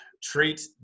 treat